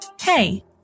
Hey